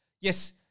Yes